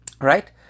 right